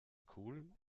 cool